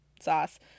sauce